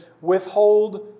Withhold